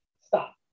stop